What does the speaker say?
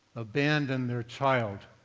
abandoned their child.